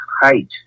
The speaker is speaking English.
height